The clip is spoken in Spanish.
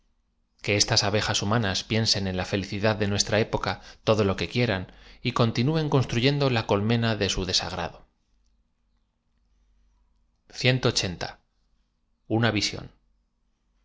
que estas abejas humanas piensen en la felicidad de nuestra época todo lo que quieran y conti núen construyendo la colmena de su desagrado na viéión